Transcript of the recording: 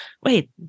Wait